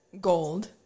gold